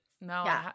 no